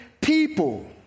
people